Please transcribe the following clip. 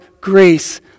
grace